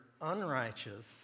unrighteous